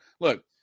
Look